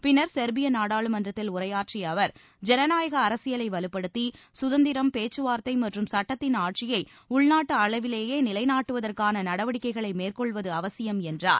பின்னர் செர்பிய நாடாளுமன்றத்தில் உரையாற்றிய அவர் ஜனநாயக அரசியலை வலுப்படுத்தி சுதந்திரம் பேச்சுவார்த்தை மற்றும் சுட்டத்தின் ஆட்சியை உள்நாட்டு அளவிலேயே நிலைநாட்டுவதற்கான நடவடிக்கைகளை மேற்கொள்வது அவசியம் என்றார்